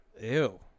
Ew